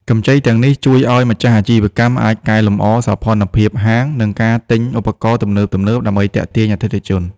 កម្ចីទាំងនេះជួយឱ្យម្ចាស់អាជីវកម្មអាចកែលម្អសោភ័ណភាពហាង និងការទិញឧបករណ៍ទំនើបៗដើម្បីទាក់ទាញអតិថិជន។